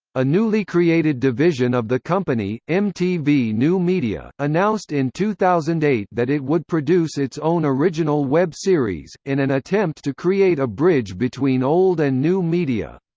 a newly created division of the company, mtv new media, announced in two thousand and eight that it would produce its own original web series, in an attempt to create a bridge between old and new media.